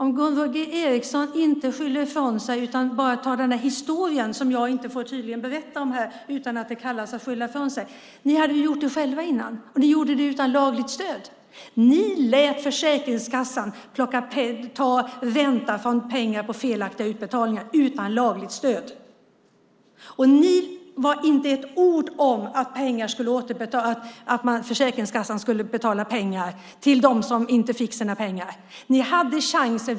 I stället för att skylla ifrån sig kan Gunvor G Ericson beakta historien, som jag tydligen inte får berätta om här utan att det kallas att skylla ifrån sig: Ni hade gjort det själva innan dess, och ni gjorde det utan lagligt stöd. Ni lät Försäkringskassan ta ränta på felaktiga utbetalningar utan lagligt stöd. Ni sade inte ett ord om att Försäkringskassan skulle betala pengar till dem som inte fick sina pengar. Ni hade chansen.